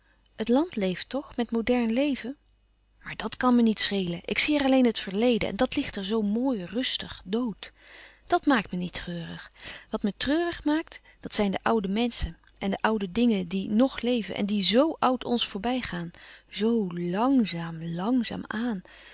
het land leeft toch met modern leven maar dat kan me niet schelen ik zie er alleen het verleden en dat ligt er zoo mooi rustig dood dat maakt me niet treurig wat me treurig maakt dat zijn de oude menschen en de oude dingen die ng leven en die zo oud ons voorbij gaan zoo langzaam langzaam aan